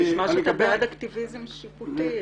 זה נשמע שאתה בעד אקטיביזם שיפוטי,